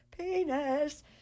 penis